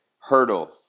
hurdle